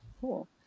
Cool